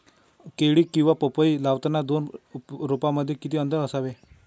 केळी किंवा पपई लावताना दोन रोपांमध्ये किती अंतर असावे?